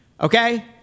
Okay